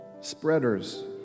spreaders